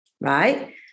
Right